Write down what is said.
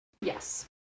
Yes